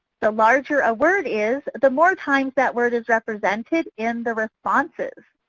the larger a word is, the more times that word is represented in the responses.